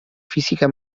fisica